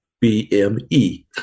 B-M-E